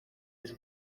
his